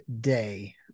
day